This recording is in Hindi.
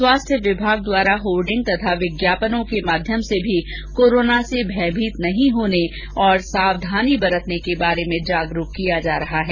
स्वास्थ्य विभाग द्वारा होर्डिंग तथा विज्ञापनों के माध्यम से भी कोरोना से भयभीत नहीं होने तथा सावधानी बरतने के बारे में जागरूक किया जा रहा है